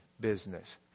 business